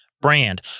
brand